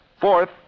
Fourth